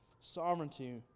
sovereignty